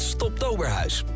Stoptoberhuis